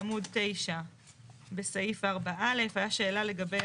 בעמוד 9 בסעיף 4 (א') הייתה שאלה לגבי